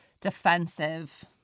defensive